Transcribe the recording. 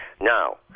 Now